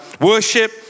worship